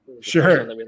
sure